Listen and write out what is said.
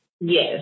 Yes